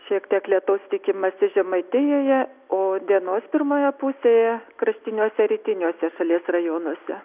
šiek tiek lietaus tikimasi žemaitijoje o dienos pirmoje pusėje kraštiniuose rytiniuose šalies rajonuose